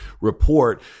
report